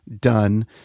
done